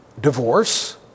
divorce